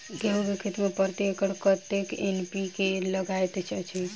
गेंहूँ केँ खेती मे प्रति एकड़ कतेक एन.पी.के लागैत अछि?